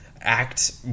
act